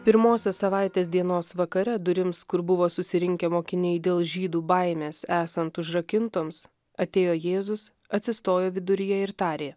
pirmosios savaitės dienos vakare durims kur buvo susirinkę mokiniai dėl žydų baimės esant užrakintoms atėjo jėzus atsistojo viduryje ir tarė